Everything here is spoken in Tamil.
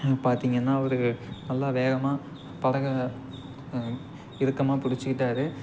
அங்கே பார்த்தீங்கன்னா ஒரு நல்லா வேகமாக படகை இறுக்கமாக பிடிச்சிக்கிட்டாரு